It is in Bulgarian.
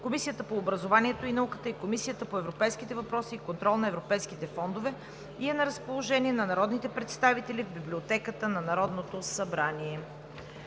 Комисията по образованието и науката и Комисията по европейските въпроси и контрол на европейските фондове и е на разположение на народните представители в Библиотеката на Народното събрание.